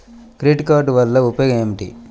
Credit card వల్ల ఉపయోగం ఏమిటీ?